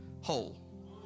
whole